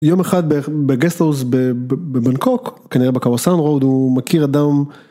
יום אחד בערך, בגסטאוס ב.. בבנקוק, כנראה בקו הסאונד רואוד הוא מכיר אדם.